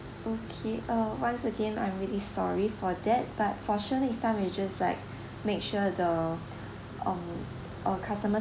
okay uh once again I'm really sorry for that but for sure next time we just like make sure the um our customer